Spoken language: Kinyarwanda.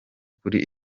kuri